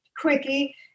quickie